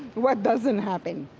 what doesn't happen?